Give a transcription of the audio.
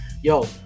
Yo